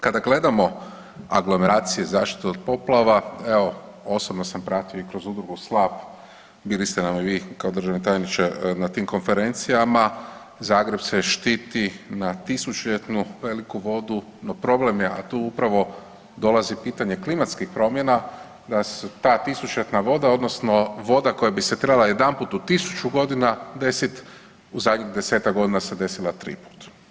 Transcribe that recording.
Kada gledamo aglomeracije i zaštite od poplava, evo, osobno sam pratio i kroz Udrugu Slap, bili ste nam i vi, državni tajniče na tim konferencijama, Zagreb štiti na tisućljetnu veliku vodu no problem je a tu upravo dolazi pitanje klimatskih promjena, da tisućljetna voda odnosno voda koji bi se trebala jedanput u 1000 godina desit, u zadnjih desetak godina se desila triput.